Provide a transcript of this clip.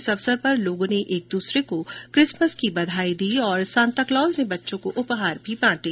इस अवसर पर लोगों ने एक दूसरे को किसमस की बधाईयां दी और सांता क्लोज ने बच्चों को उपहार बांटे